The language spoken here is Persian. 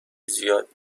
زیادی